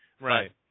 Right